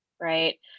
Right